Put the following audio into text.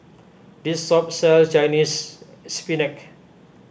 this shop sells Chinese Spinach